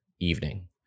evening